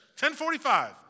10.45